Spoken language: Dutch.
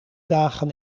dagen